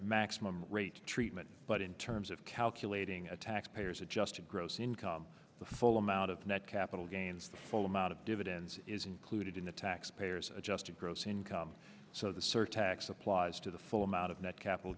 maximum rate treatment but in terms of calculating a tax payers adjusted gross income the full amount of net capital gains the full amount of dividends is included in the tax payers adjusted gross income so the surtax applies to the full amount of net capital